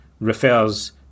refers